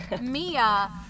Mia